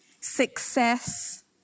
success